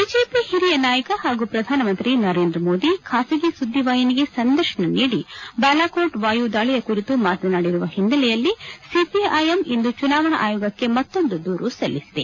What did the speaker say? BJP ಹಿರಿಯ ನಾಯಕ ಹಾಗೂ ಪ್ರಧಾನಮಂತ್ರಿ ನರೇಂದ್ರ ಮೋದಿ ಖಾಸಗಿ ಸುದ್ದಿವಾಹಿನಿಗೆ ಸಂದರ್ಶನ ನೀಡಿ ಬಾಲಕೋಟ್ ವಾಯುದಾಳಿ ಕುರಿತು ಮಾತನಾಡಿರುವ ಹಿನ್ನೆಲೆಯಲ್ಲಿ ಸಿಪಿಐಎಂ ಇಂದು ಚುನಾವಣಾ ಆಯೋಗಕ್ಕೆ ಮತ್ತೊಂದು ದೂರು ಸಲ್ಲಿಸಿದೆ